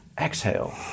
exhale